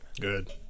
good